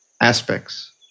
aspects